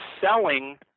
selling